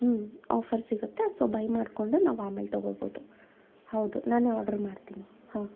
ಹ್ಞೂ ಆಫರ್ಸ್ ಸಿಗುತ್ತೆ so buy ಮಾಡಿಕೊಂಡು ನಾವು ಆಮೇಲೆ ತಗೋಬೋದು ಹೌದು ನಾನೆ ಆರ್ಡ್ರು ಮಾಡ್ತೀನಿ ಹಾಂ